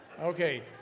Okay